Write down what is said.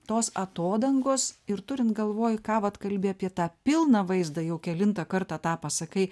tos atodangos ir turint galvoj ką vat kalbi apie tą pilną vaizdą jau kelintą kartą tą pasakai